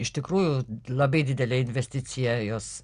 iš tikrųjų labai didelę investiciją jos